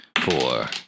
Four